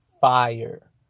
fire